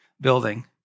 building